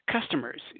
customers